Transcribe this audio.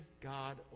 God